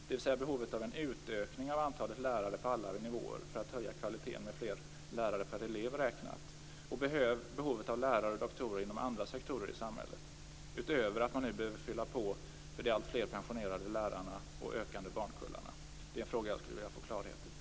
Det handlar om behovet av en utökning av antalet lärare på alla nivåer för att höja kvaliteten med fler lärare per elev räknat och behovet av lärare och doktorer inom andra sektorer i samhället, utöver att man nu behöver fylla på för de alltfler pensionerade lärarna och de ökande barnkullarna. Det är en fråga jag skulle vilja få klarhet i.